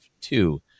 Two